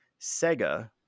Sega